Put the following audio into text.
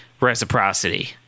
reciprocity